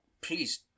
please